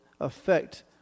affect